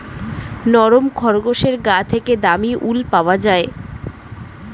নরম খরগোশের গা থেকে দামী উল পাওয়া যায়